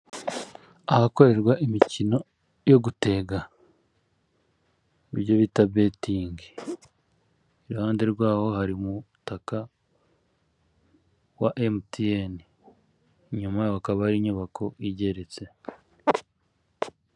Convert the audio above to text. Ahakorerwa imikino yo gutega ibyo bita betingi iruhande rwaho hari umutaka wa emutiyeni inyuma Yaho hakaba hari inyubako igeretse.